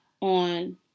on